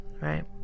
right